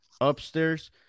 upstairs